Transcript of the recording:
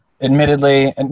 admittedly